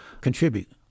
contribute